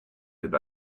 did